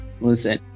Listen